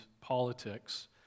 politics